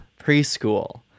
preschool